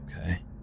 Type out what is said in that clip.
okay